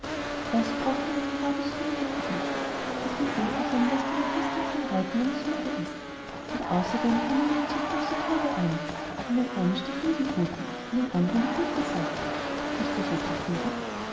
das brauchen wir ja gradeso nötig wie dich auf dem eselchen lässest du mein christkindchen reiten wenn es müde ist und außerdem hängen wir ihm zwei große körbe an in den einen stecken wir die ruten in den andern die guten sachen bist du so zufrieden